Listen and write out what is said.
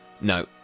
No